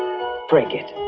break it.